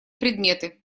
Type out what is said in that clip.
предметы